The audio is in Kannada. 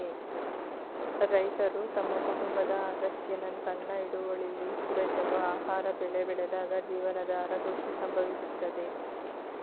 ರೈತರು ತಮ್ಮ ಕುಟುಂಬದ ಅಗತ್ಯನ ಸಣ್ಣ ಹಿಡುವಳಿಲಿ ಪೂರೈಸಲು ಆಹಾರ ಬೆಳೆ ಬೆಳೆದಾಗ ಜೀವನಾಧಾರ ಕೃಷಿ ಸಂಭವಿಸುತ್ತದೆ